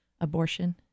abortion